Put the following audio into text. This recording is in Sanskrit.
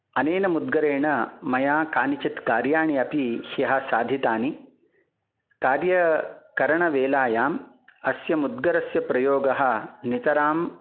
अनेन मुद्गरेण मया कानिचित् कार्याणि अपि ह्यः साधितानि कार्यकरणवेलायाम् अस्य मुद्गरस्य प्रयोगः नितरां